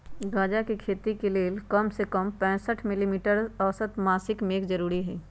गजा के खेती के लेल कम से कम पैंसठ मिली मीटर के औसत मासिक मेघ जरूरी हई